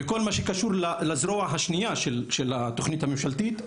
בכל מה שקשור לזרוע השנייה של התוכנית הממשלתית,